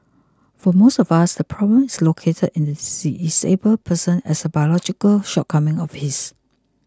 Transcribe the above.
for most of us the problem is located in the disabled person as a biological shortcoming of his